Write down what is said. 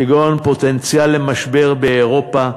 כגון משבר פוטנציאלי באירופה,